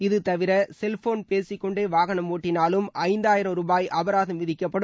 இதுதவிர செல்போன் பேசிக்கொண்டே வாகனம் ஓட்டினாலும் ஐயாயிரம் ரூபாய் அபராதம் விதிக்கப்படும்